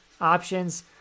Options